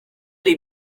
dei